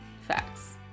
facts